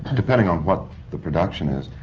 depending on what the production is,